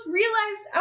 realized